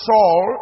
Saul